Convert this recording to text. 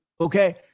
Okay